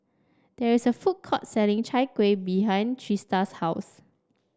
there is a food court selling Chai Kuih behind Trista's house